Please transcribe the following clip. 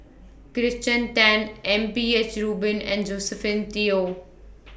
Kirsten Tan M P H Rubin and Josephine Teo